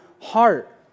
heart